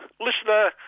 Listener